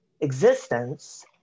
existence